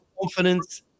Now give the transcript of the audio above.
confidence